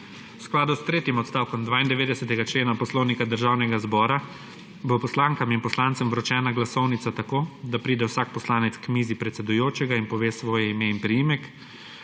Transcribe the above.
V skladu s tretjim odstavkom 92. člena Poslovnika Državnega zbora bo poslankam in poslancem vročena glasovnica tako, da pride vsak poslanec k mizi predsedujočega in pove svoje ime in priimek.